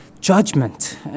judgment